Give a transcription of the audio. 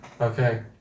Okay